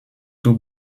two